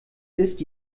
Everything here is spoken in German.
ist